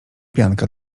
pianka